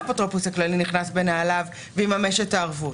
האפוטרופוס הכללי בהגדרה נכנס בנעליו ומממש את הערבות.